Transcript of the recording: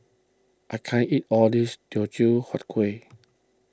I can't eat all of this Teochew Huat Kueh